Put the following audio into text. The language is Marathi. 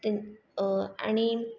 तें आणि